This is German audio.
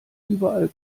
überall